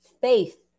faith